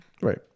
Right